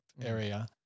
area